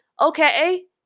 Okay